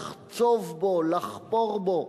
לחצוב בו, לחפור בו,